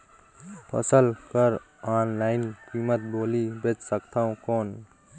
फसल कर ऑनलाइन कीमत बोली बेच सकथव कौन?